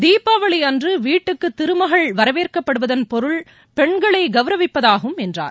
தீபாவளி அன்று வீட்டுக்கு திருமகள் வரவேற்கப்படுவதன் பொருள் பெண்களை கவுரவிப்பதாகும் என்றார்